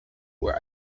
were